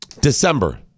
December